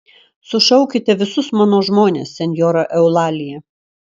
sušaukite visus mano žmones senjora eulalija